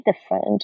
different